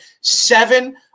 seven